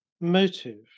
motive